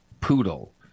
poodle